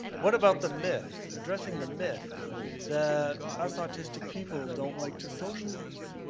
what about the myth, addressing the myth that us autistic people don't like to socialize.